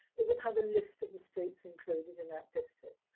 it will have a list of the streets included in that district.